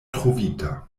trovita